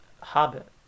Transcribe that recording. hobbit